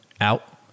out